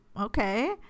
okay